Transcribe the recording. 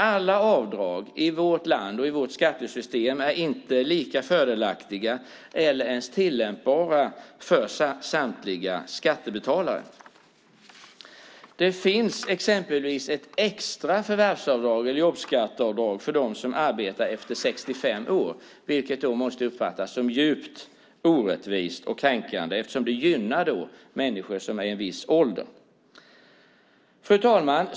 Alla avdrag i vårt skattesystem är inte lika fördelaktiga eller ens tillämpbara för samtliga skattebetalare. Det finns exempelvis ett extra förvärvsavdrag, eller jobbskatteavdrag, för dem som arbetar efter att de fyllt 65 år, vilket måste uppfattas som djupt orättvist och kränkande eftersom det gynnar människor som är i en viss ålder. Fru talman!